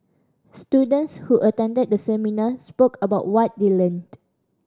students who attended the seminar spoke about what they learned